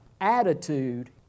attitude